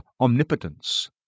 omnipotence